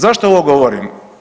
Zašto ovo govorim?